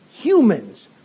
humans